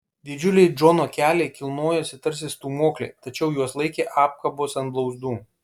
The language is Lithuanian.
didžiuliai džono keliai kilnojosi tarsi stūmokliai tačiau juos laikė apkabos ant blauzdų